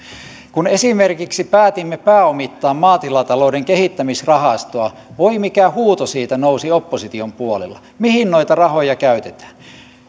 kun esimerkiksi päätimme pääomittaa maatilatalouden kehittämisrahastoa voi mikä huuto siitä nousi opposition puolella mihin noita rahoja käytetään